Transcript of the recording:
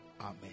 amen